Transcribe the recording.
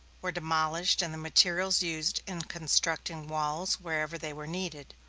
were demolished and the materials used in constructing walls wherever they were needed,